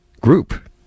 group